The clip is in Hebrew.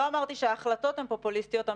לא אמרתי שההחלטות הן פופוליסטיות.